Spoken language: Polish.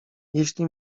jeśli